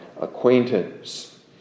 acquaintance